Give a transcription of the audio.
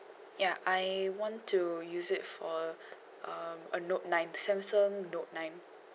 ya I want to use it for um a note nine samsung note nine